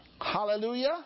Hallelujah